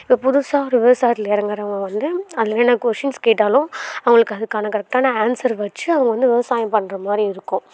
இப்போ புதுசாக ஒரு விவசாயத்தில் இறங்குறவுங்க வந்து அதில் என்னென்ன கொஷின்ஸ் கேட்டாலும் அவங்களுக்கு அதுக்கான கரெக்டான அன்ஸர்ஸ் வைச்சு அவங்க வந்து விவசாயம் பண்ணுற மாதிரி இருக்கும்